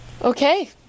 Okay